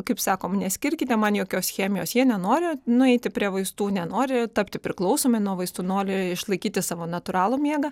kaip sakom neskirkite man jokios chemijos jie nenori nueiti prie vaistų nenori tapti priklausomi nuo vaistų nori išlaikyti savo natūralų miegą